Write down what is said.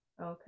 Okay